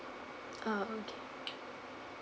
ah okay